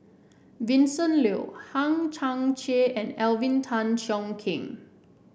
Vincent Leow Hang Chang Chieh and Alvin Tan Cheong Kheng